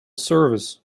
service